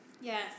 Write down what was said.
Yes